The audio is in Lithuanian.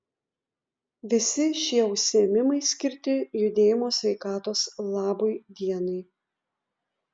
visi šie užsiėmimai skirti judėjimo sveikatos labui dienai